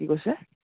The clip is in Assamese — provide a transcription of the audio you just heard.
কি কৈছে